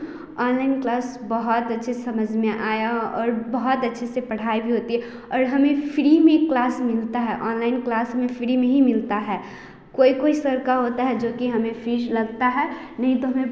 online class बहुत अच्छे समझ में आया और बहुत अच्छे से पढ़ाई भी होती है और हमें फ्री में क्लास मिलता है ऑनलाइन क्लास में हमें फ्री में ही मिलता है कोई कोई सर का होता है जो कि हमें फीस लगता है नहीं तो हमें